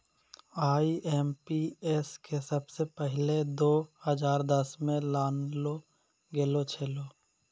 IMPS के सबसे पहिलै दो हजार दसमे लानलो गेलो छेलै